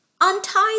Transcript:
untie